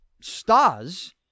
stars